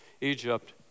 Egypt